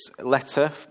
letter